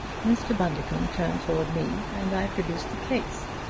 mr. bundercombe turned toward me and i produced the case.